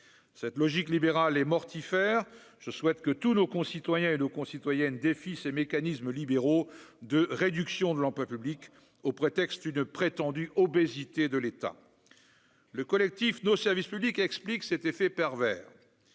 cette logique libérale et mortifère, je souhaite que tous nos concitoyens et nos concitoyennes défi ces mécanismes libéraux de réduction de l'emploi public, au prétexte de prétendues obésité de l'État, le collectif nos services publics, explique cet effet pervers